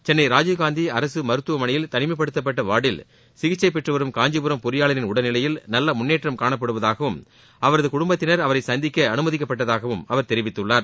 சென்னை ராஜீவ்காந்தி அரசு மருத்துவமனையில் தனிமைப்படுத்தப்பட்ட வார்டில் சிகிச்சை பெற்று வரும் காஞ்சிபுரம் பொறியாளரின் உடல்நிலையில் நல்ல முன்னேற்றம் காணப்படுவதாகவும் அவரது குடும்பத்தினர் அவரை சந்திக்க அனுமதிக்கப்பட்டதாகவும் அவர் தெரிவித்துள்ளார்